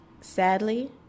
Sadly